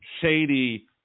shady